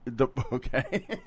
okay